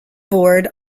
board